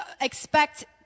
expect